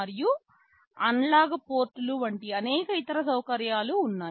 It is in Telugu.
మరియు అనలాగ్ పోర్టుల వంటి అనేక ఇతర సౌకర్యాలు ఉన్నాయి